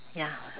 ya